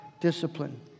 discipline